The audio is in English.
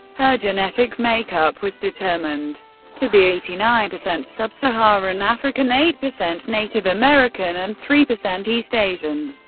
her genetic makeup was determined to be eighty nine percent sub-saharan african, eight percent native american, and three percent east asian.